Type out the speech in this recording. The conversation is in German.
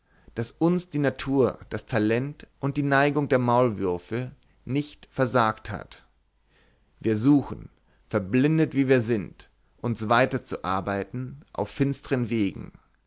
daß uns die natur das talent und die neigung der maulwürfe nicht versagt hat wir suchen verblindet wie wir sind uns weiterzuarbeiten auf finstern wegen